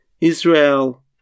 Israel